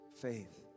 faith